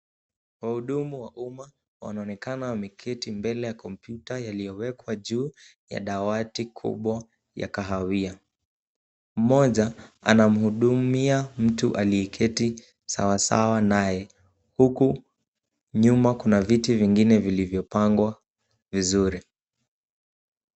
Wahudumu wa umma wanaonekana wameketi mbele ya kompyuta yaliyowekwa juu ya dawati kubwa ya kahawia. Mmoja anamhudumia mtu aliyeketi sawasawa naye huku nyuma kuna viti vingine vilivyopangwa vizuri.